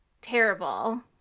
terrible